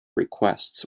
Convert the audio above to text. requests